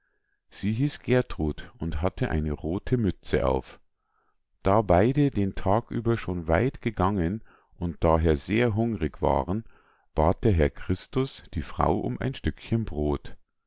sie hieß gertrud und hatte eine rothe mütze auf da beide den tag über schon weit gegangen und daher sehr hungrig waren bat der herr christus die frau um ein stückchen brod